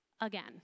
again